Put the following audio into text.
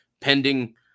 pending